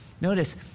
Notice